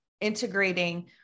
integrating